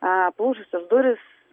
aplūžusios durys